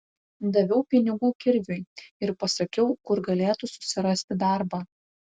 daviau pinigų kirviui ir pasakiau kur galėtų susirasti darbą